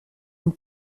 une